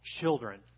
children